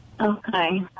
Okay